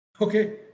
Okay